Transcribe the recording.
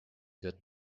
that